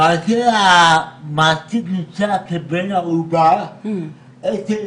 למעשה המעסיק נמצא כבן ערובה אצל